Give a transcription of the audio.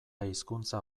hizkuntza